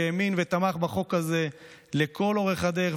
שהאמין ותמך בחוק הזה לכל אורך הדרך,